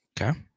Okay